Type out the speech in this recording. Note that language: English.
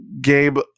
Gabe